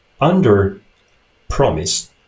under-promise